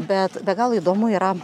bet be galo įdomu yra